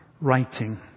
Writing